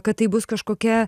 kad taip bus kažkokia